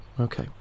Okay